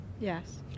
Yes